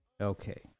Okay